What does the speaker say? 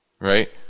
Right